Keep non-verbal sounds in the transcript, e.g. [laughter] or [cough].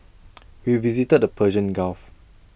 [noise] we visited the Persian gulf